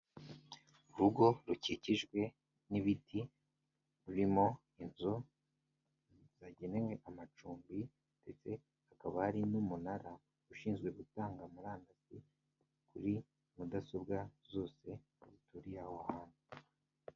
Urugo rukikijwe n'ibiti birimo inzu zagenewe amacumbi, ndetse hakaba hari n'umunara ushinzwe gutanga murandasi kuri mudasobwa zose duturiye aho hantu.